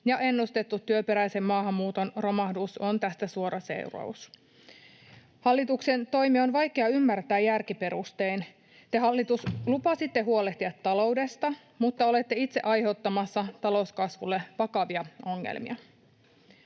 ja ennustettu työperäisen maahanmuuton romahdus on tästä suora seuraus. Hallituksen toimia on vaikea ymmärtää järkiperustein. Te, hallitus, lupasitte huolehtia taloudesta mutta olette itse aiheuttamassa talouskasvulle vakavia ongelmia.